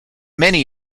many